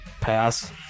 Pass